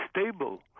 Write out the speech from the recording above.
stable